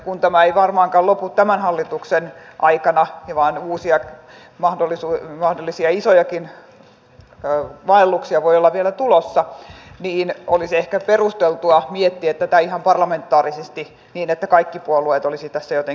kun tämä ei varmaankaan lopu tämän hallituksen aikana vaan uusia mahdollisia isojakin vaelluksia voi olla vielä tulossa niin olisi ehkä perusteltua miettiä tätä ihan parlamentaarisesti niin että kaikki puolueet olisivat tässä jotenkin mukana